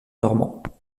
normand